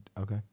okay